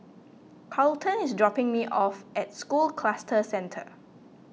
Carlton is dropping me off at School Cluster Centre